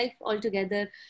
altogether